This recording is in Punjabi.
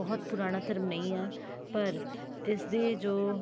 ਬਹੁਤ ਪੁਰਾਣਾ ਧਰਮ ਨਹੀਂ ਹੈ ਪਰ ਇਸਦੇ ਜੋ